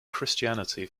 christianity